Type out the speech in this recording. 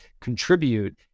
contribute